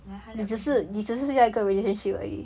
like 的 person ah